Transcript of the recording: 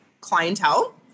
clientele